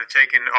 taking